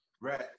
Right